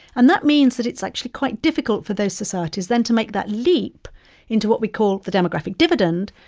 and that means that it's actually quite difficult for those societies then to make that leap into what we call the demographic dividend,